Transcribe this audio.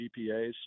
GPAs